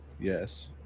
Yes